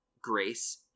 grace